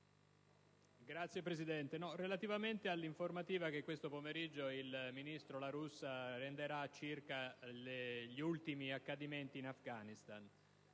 intervengo relativamente all'informativa che questo pomeriggio il ministro La Russa renderà circa gli ultimi accadimenti in Afghanistan